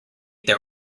their